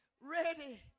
ready